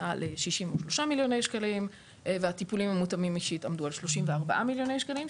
כ-33 מיליוני שקלים ולטיפולים המותאמים אישית כ-34 מיליוני שקלים,